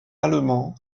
allemand